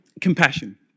Compassion